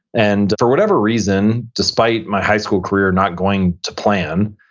and for whatever reason, despite my high school career not going to plan,